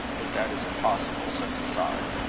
but that is impossible such a size.